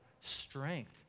strength